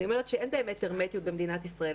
אני אומרת שאין באמת הרמטיות במדינת ישראל.